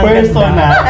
Personal